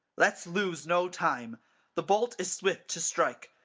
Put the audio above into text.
let's lose no time the bolt is swift to strike,